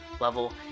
level